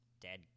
dead